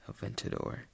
Aventador